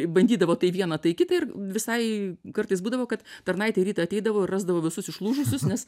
bandydavo tai vieną tai kitą ir visai kartais būdavo kad tarnaitė ryt ateidavo rasdavo visus išlūžusius nes